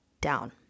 down